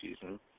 season